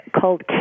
called